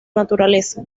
naturaleza